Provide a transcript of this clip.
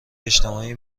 اجتماعی